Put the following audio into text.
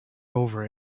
over